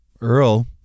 Earl